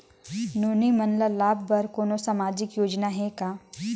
नोनी मन ल लाभ बर कोनो सामाजिक योजना हे का?